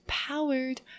powered